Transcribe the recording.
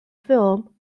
film